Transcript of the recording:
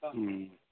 हुँ